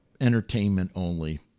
entertainment-only